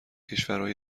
کشورای